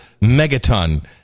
megaton